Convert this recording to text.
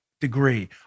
degree